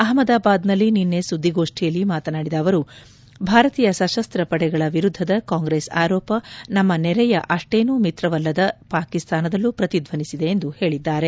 ಅಹ್ಮದಾಬಾದ್ನಲ್ಲಿ ನಿನ್ನೆ ಸುದ್ದಿಗೋಷ್ಠಿಯಲ್ಲಿ ಮಾತನಾಡಿದ ಅವರು ಭಾರತೀಯ ಸಶಸ್ತಪಡೆಗಳ ವಿರುದ್ಧದ ಕಾಂಗ್ರೆಸ್ ಆರೋಪ ನಮ್ಮ ನೆರೆಯ ಅಷ್ಟೇನೂ ಮಿತ್ರನ್ಲಲದ ಪಾಕಿಸ್ತಾನದಲ್ಲೂ ಪ್ರತಿಧ್ವನಿಸಿದೆ ಎಂದು ಹೇಳಿದ್ದಾರೆ